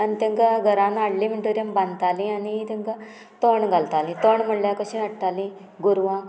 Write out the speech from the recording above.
आनी तांकां घरान हाडलें म्हणटकीर बांदतालीं आनी तांकां तण घालतालीं तण म्हणल्यार कशीं हाडटालीं गोरवांक